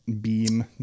beam